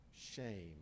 shame